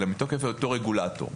אלא מתוקף היותו רגולטור,